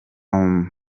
mubano